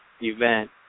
event